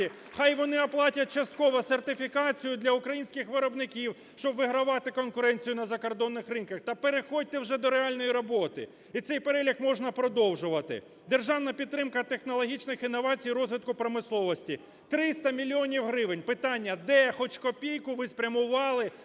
хай вони оплатять частково сертифікацію для українських виробників, щоб вигравати конкуренцію на закордонних ринках, та переходьте вже до реальної роботи. І цей перелік можна продовжувати. Державна підтримка технологічних інновацій розвитку промисловості – 300 мільйонів гривень. Питання: де хоч копійку ви спрямували